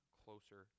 closer